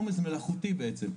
עומס מלאכותי בעצם.